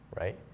right